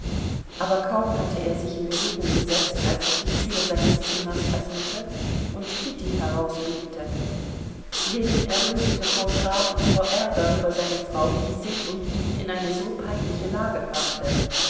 aber kaum hatte er sich in bewegung gesetzt als sich die tür seines zimmers öffnete und kitty herausblickte ljewin errötete vor scham und vor ärger über seine frau die sich und ihn in eine so peinliche lage brachte